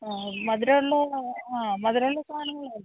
ആ മധുരം ഉള്ളതാണോ ആ മധുരം ഉള്ള സാധനങ്ങൾ ആണോ